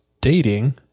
dating